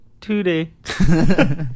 Today